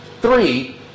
Three